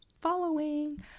following